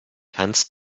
kannst